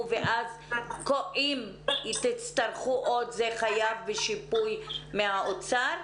ואז אם תצטרכו עוד זה חייב בשיפוי מהאוצר?